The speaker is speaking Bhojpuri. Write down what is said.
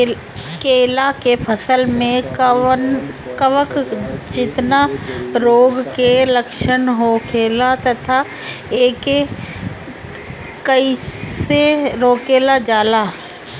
केला के फसल में कवक जनित रोग के लक्षण का होखेला तथा एके कइसे रोकल जाला?